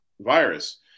virus